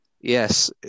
Yes